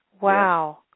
Wow